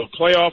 playoff